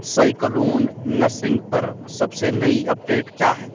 cyclone Nisarga پر سب سے نئی اپ ڈیٹ کیا ہے